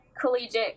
collegiate